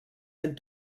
ein